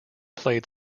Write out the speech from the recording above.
played